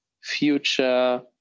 future